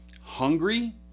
hungry